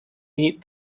meet